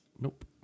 nope